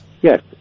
Yes